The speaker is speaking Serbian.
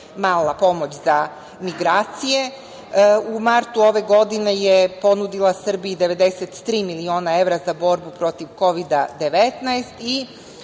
mala pomoć za migracije. U martu ove godine je ponudila Srbiji 93 miliona evra za borbu protiv Kovid-19.